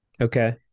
Okay